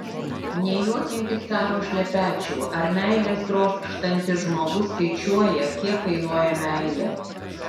nejuokinkit caro šlepečių ar meilės trokštantis žmogus skaičiuoja kiek kainuoja meilė